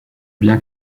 bien